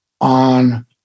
on